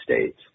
States